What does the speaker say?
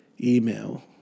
email